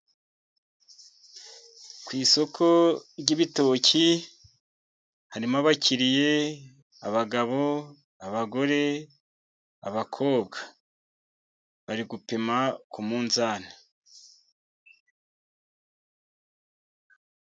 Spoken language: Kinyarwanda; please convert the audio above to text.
Ku isoko ry'ibitoki harimo abakiriya. Abagabo, abagore abakobwa. Bari gupima ku munzani.